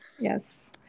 Yes